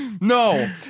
No